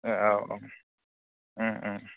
औ